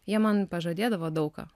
jie man pažadėdavo daug ką